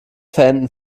verenden